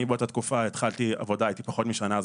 באתה תקופה התחלתי עבודה והייתי פחות משנה ואז